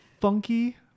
Funky